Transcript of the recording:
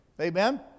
Amen